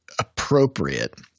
appropriate